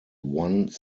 one